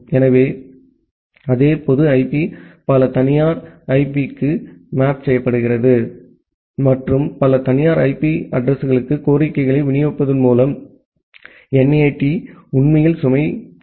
எனவே அதே பொது ஐபி பல தனியார் ஐபிக்கு மேப் செய்யப்படுகிறது மற்றும் பல தனியார் ஐபி அட்ரஸிங் களுக்கு கோரிக்கைகளை விநியோகிப்பதன் மூலம் என்ஏடி உண்மையில் சுமை சமநிலையை செய்ய முடியும்